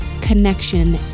connection